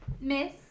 miss